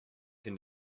can